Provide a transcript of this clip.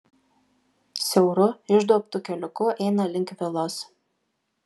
siauru išduobtu keliuku eina link vilos